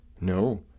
No